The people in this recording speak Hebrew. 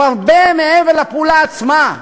הוא הרבה מעבר לפעולה עצמה,